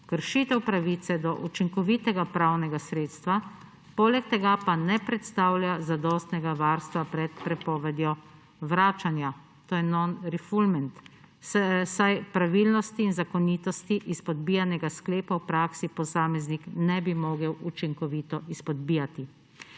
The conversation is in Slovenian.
kršitev pravice do učinkovitega pravnega sredstva, poleg tega pa ne predstavlja zadostnega varstva pred prepovedjo vračanja, to je non-refoulement, saj pravilnosti in zakonitosti izpodbijanega sklepa v praksi posameznik ne bi mogel učinkovito izpodbijati.